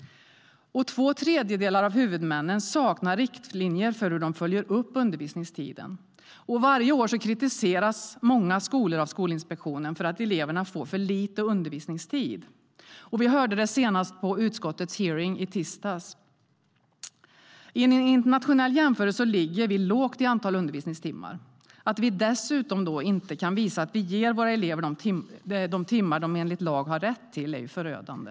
Två tredjedelar av huvudmännen saknar riktlinjer för hur de följer upp undervisningstiden, och varje år kritiseras många skolor av Skolinspektionen för att eleverna får för lite undervisningstid. Vi hörde det senast på utskottets hearing i tisdags. I en internationell jämförelse ligger vi lågt i antal undervisningstimmar. Att vi dessutom inte kan visa att vi ger våra elever de timmar de enligt lag har rätt till är förödande.